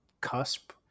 cusp